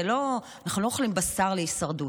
אנחנו לא אוכלים בשר להישרדות.